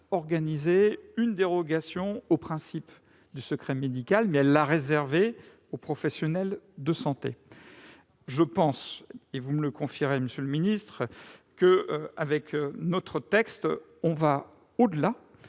prévu une dérogation au principe du secret médical, qu'elle a réservée aux professionnels de santé. Je pense, et vous me le confirmerez, monsieur le ministre, que le présent texte va au-delà,